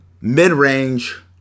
mid-range